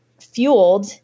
fueled